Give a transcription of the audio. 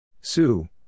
Sue